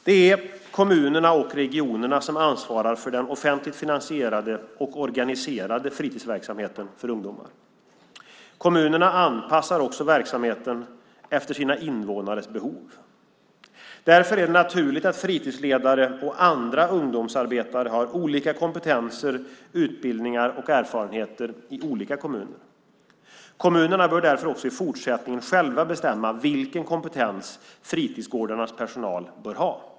Det är kommunerna och regionerna som ansvarar för den offentligt finansierade och organiserade fritidsverksamheten för ungdomar. Kommunerna anpassar också verksamheten efter sina invånares behov. Därför är det naturligt att fritidsledare och andra ungdomsarbetare har olika kompetenser, utbildningar och erfarenheter i olika kommuner. Kommunerna bör därför också i fortsättningen själva bestämma vilken kompetens fritidsgårdarnas personal bör ha.